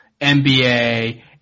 NBA